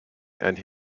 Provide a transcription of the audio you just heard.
and